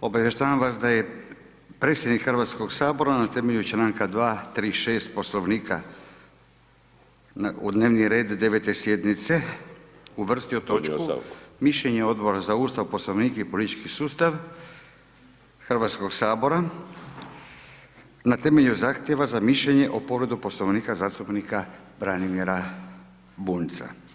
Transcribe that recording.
obavještavam vas da je predsjednik Hrvatskog sabora na temelju članka 236 Poslovnika u dnevni red 9 sjednice uvrstio točku: Mišljenje Odbora za Ustav, Poslovnik i politički sustav Hrvatskog sabora na temelju zahtjeva za mišljenje o povredu Poslovnika zastupnika Branimira Bunjca.